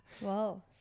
wow